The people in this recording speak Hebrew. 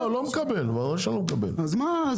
בועז, ברור שלא, לא מקבל.